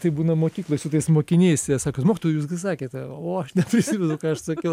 taip būna mokykloj su tais mokiniais jie sako mokytojau jūs gi sakėte o aš neprisimenu ką aš sakiau